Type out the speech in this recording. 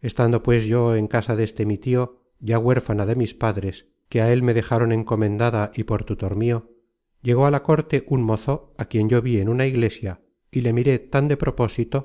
qué tomo yo tan de cas casa deste mi tio ya huérfana de mis padres que á él me dejaron encomendada y por tutor mio llegó á la córte un mozo á quien yo vi en una iglesia y le miré tan de propósito